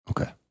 okay